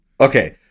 Okay